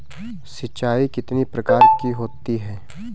सिंचाई कितनी प्रकार की होती हैं?